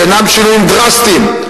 שאינם שינויים דרסטיים,